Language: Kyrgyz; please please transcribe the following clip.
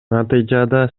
натыйжада